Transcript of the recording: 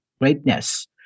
greatness